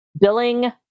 Billing